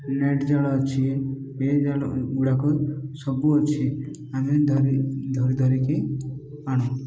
net ଜାଲ ଅଛି ଏ ଜାଲ ଗୁଡ଼ାକ ସବୁ ଅଛି ଆମେ ଧରି ଧରିକି ଆଣୁ